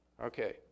Okay